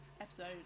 episode